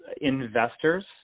investors